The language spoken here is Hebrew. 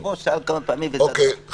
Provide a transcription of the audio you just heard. נכון.